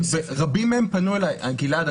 ורבים מהם פנו אליי - גלעד,